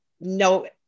no